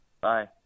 Bye